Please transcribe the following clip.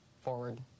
forward